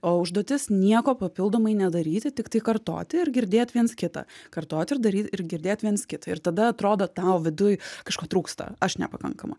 o užduotis nieko papildomai nedaryti tiktai kartoti ir girdėt viens kitą kartot ir daryt ir girdėt viens kitą ir tada atrodo tau viduj kažko trūksta aš nepakankama